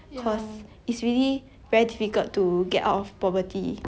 ya ya ya